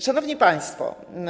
Szanowni Państwo!